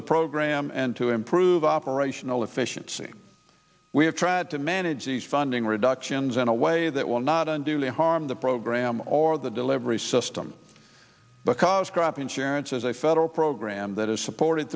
the program and to improve operational efficiency we have tried to manage these funding reductions in a way that will not unduly harm the program or the delivery system because crop insurance is a federal program that is supported